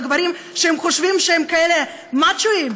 שהגברים שחושבים שהם כאלה מאצ'ואים,